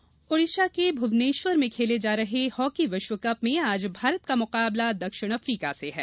hockey Odisha के भुवनेश्वर में खेले जा रहे हॉकी विश्व कप में आज भारत का मुकाबला दक्षिण अफ़्रीका से है